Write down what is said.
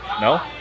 no